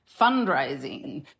fundraising